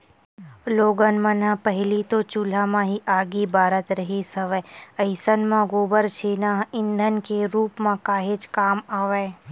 लोगन मन ह पहिली तो चूल्हा म ही आगी बारत रिहिस हवय अइसन म गोबर छेना ह ईधन के रुप म काहेच काम आवय